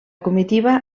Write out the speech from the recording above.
comitiva